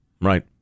right